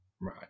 right